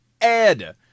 Ed